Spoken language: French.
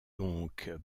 doncques